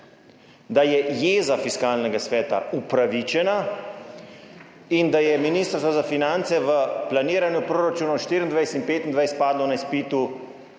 da je jeza Fiskalnega sveta upravičena in da je Ministrstvo za finance v planiranju proračunov 2024 in 2025 padlo na izpitu